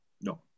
No